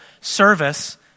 service